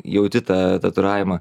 jauti tą tatuiravimą